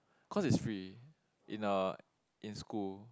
cause is free in uh in school